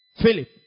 Philip